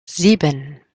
sieben